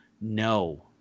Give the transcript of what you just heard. no